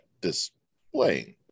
displaying